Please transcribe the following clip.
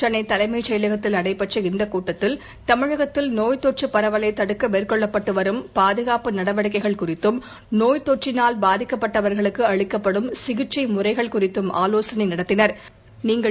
சென்னை தலைமைச் செயலகத்தில் நடைபெற்ற இந்த கூட்டத்தில் தமிழகத்தில் நோய் தொற்று பரவலை தடுக்க மேற்கொள்ளப்பட்டு வரும் பாதுகாப்பு நடவடிக்கைகள் குறித்தும் நோய் தொற்றினால் பாதிக்கப்பட்டவா்களுக்கு அளிக்கப்படும் சிகிச்சை முறைகள் குறித்தும் ஆலோசனை நடத்தினா்